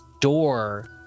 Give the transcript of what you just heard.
door